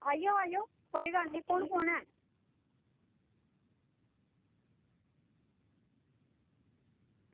आई जाओ आई जाओ कोई गल्ल निं कु'न कु'न ऐ